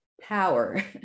Power